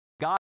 God